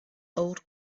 old